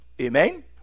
Amen